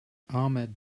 ahmed